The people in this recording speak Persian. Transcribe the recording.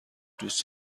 دوست